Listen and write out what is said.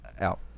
out